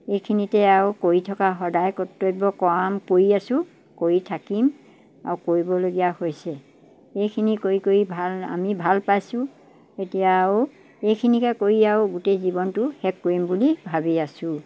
এইখিনিতে আৰু কৰি থকা সদায় কৰ্তব্য কাম কৰি আছোঁ কৰি থাকিম আৰু কৰিবলগীয়া হৈছে এইখিনি কৰি কৰি ভাল আমি ভাল পাইছোঁ এতিয়া আৰু এইখিনিকে কৰি আৰু গোটেই জীৱনটো শেষ কৰিম বুলি ভাবি আছোঁ